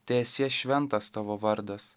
teesie šventas tavo vardas